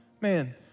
man